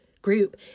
group